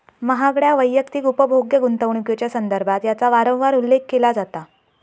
महागड्या वैयक्तिक उपभोग्य गुंतवणुकीच्यो संदर्भात याचा वारंवार उल्लेख केला जाता